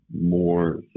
more